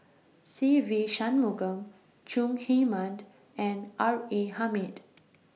Se Ve Shanmugam Chong Heman and R A Hamid